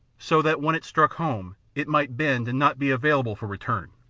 so that, when it struck home, it might bend and not be available for return.